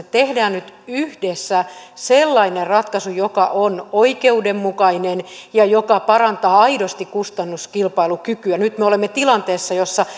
tehdään nyt yhdessä sellainen ratkaisu joka on oikeudenmukainen ja joka parantaa aidosti kustannuskilpailukykyä nyt me olemme tilanteessa jossa